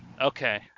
okay